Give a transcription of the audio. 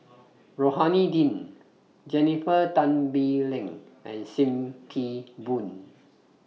Rohani Din Jennifer Tan Bee Leng and SIM Kee Boon